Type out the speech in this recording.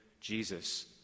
Jesus